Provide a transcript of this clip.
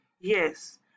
Yes